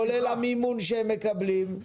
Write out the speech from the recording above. כולל המימון שהם מקבלים?